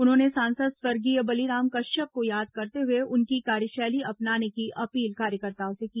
उन्होंने सांसद स्वर्गीय बलिराम कश्यप को याद करते हुए उनकी कार्यशैली अपनाने की अपील कार्यकर्ताओं से की